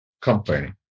company